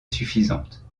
suffisante